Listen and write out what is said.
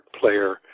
player